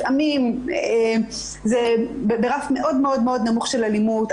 לפעמים זה ברף מאוד נמוך של אלימות,